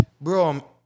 Bro